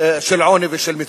עוני ושל מצוקה.